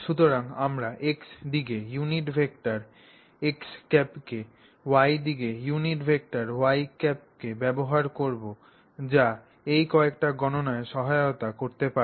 সুতরাং আমরা X দিকে ইউনিট ভেক্টর x ̂ কে Y দিকে ইউনিট ভেক্টর y ̂ কে ব্যবহার করব যা এই কয়েকটি গণনায় সহায়তা করতে পারে